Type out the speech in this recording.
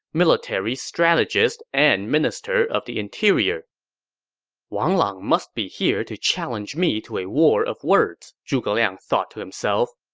military strategist and minister of the interior wang lang must be here to challenge me to a war of words, zhuge liang thought to himself.